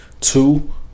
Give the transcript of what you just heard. Two